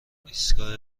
ایستگاه